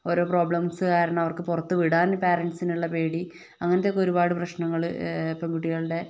ഓരോ പ്രോബ്ലംസ് കാരണം അവർക്ക് പുറത്ത് വിടാൻ പാരന്റ്സിനുള്ള പേടി അങ്ങനത്തെ ഒക്കെ ഒരുപാട് പ്രശ്നങ്ങള് പെൺകുട്ടികളുടെ